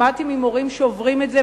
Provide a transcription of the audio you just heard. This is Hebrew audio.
שמעתי ממורים שעוברים את זה,